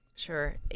Sure